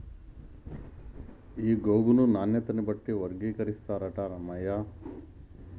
ఈ గోగును నాణ్యత బట్టి వర్గీకరిస్తారట రామయ్య